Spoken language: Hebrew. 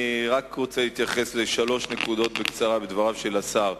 אני רק רוצה להתייחס בקצרה לשלוש נקודות בדבריו של השר.